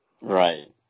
Right